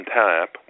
tap